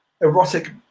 erotic